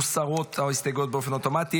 ההסתייגויות מוסרות אוטומטית.